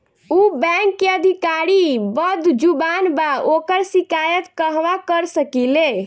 उ बैंक के अधिकारी बद्जुबान बा ओकर शिकायत कहवाँ कर सकी ले